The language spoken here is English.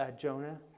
Jonah